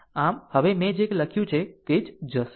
આમ હવે મેં જે લખ્યું છે તે તે જ જશે